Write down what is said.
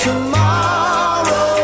Tomorrow